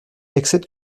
accède